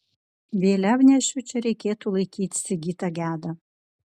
vėliavnešiu čia reikėtų laikyti sigitą gedą